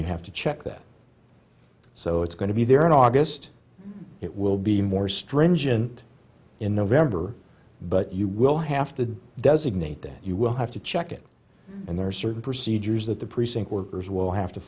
you have to check that so it's going to be there in august it will be more stringent in november but you will have to designate that you will have to check it and there are certain procedures that the precinct workers will have to